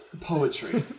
Poetry